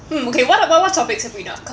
mm okay what about what topics have we not